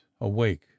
awake